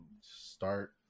start